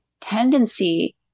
tendency